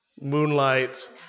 Moonlight